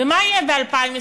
ומה יהיה ב-2023?